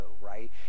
right